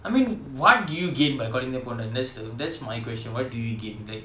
I mean what do you gain by calling them that's the that's my question what do you gain like